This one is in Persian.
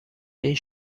این